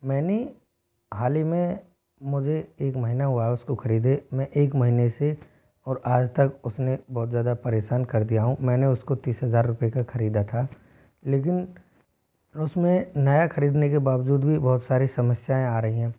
मैंने हाल ही में मुझे एक महीना हुआ है उसको ख़रीदे मैं एक महीने से और आज तक उसने बहुत ज़्यादा परेशान कर दिया हूँ मैंने उसको तीस हज़ार रुपये का ख़रीदा था लेकिन उसमें नया ख़रीदने के बावजूद भी बहुत सारी समस्याएँ आ रही हैं